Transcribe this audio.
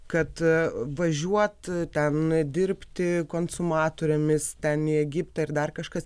kad važiuot ten dirbti konsumatorėmis ten į egiptą ir dar kažkas